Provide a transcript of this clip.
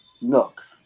Look